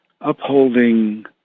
upholding